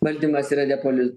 valdymas yra depoli